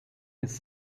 his